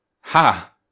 Ha